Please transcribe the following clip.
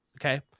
Okay